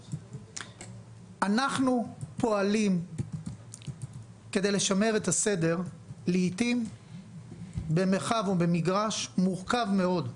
אנחנו פועלים כדי לשמר את הסדר לעיתים במרחב או במגרש מורכב מאוד.